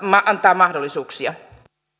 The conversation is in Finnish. antaa matkailulle mahdollisuuksia